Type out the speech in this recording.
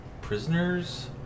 prisoners